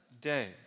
day